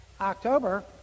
October